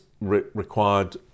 required